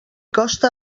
costa